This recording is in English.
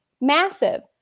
massive